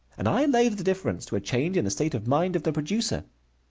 and i laid the difference to a change in the state of mind of the producer.